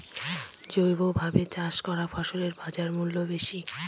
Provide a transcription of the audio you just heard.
জৈবভাবে চাষ করা ফসলের বাজারমূল্য বেশি